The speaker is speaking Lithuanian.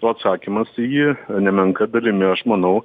nu atsakymas į jį nemenka dalimi aš manau